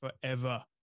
forever